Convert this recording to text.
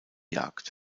jagd